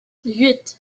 huit